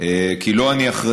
בחקירת